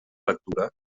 lectura